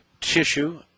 tissue